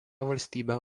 valstybė